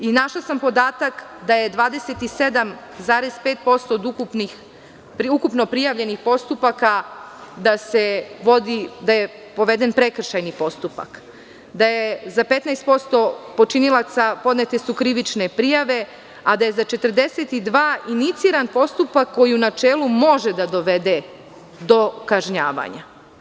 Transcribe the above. Našla sam podatak da je 27, 5% od ukupno prijavljenih postupaka da je poveden prekršajni postupak, da su za 15% počinilaca podnete krivične prijave, a da je za 42 iniciran postupak koji u načelu može da dovede do kažnjavanja.